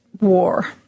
war